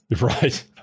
Right